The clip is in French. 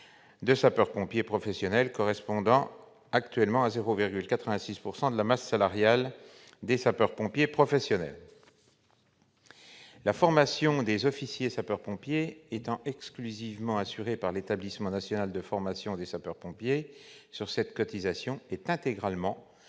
de sapeurs-pompiers professionnels, correspondant actuellement à 0,86 % de la masse salariale des sapeurs-pompiers professionnels. La formation des officiers sapeurs-pompiers étant exclusivement assurée par l'établissement national de formation des sapeurs-pompiers, cette sur-cotisation est intégralement